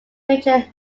major